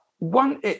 One